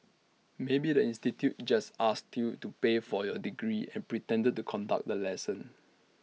maybe the institute just asked you to pay for your degree and pretended to conduct the lesson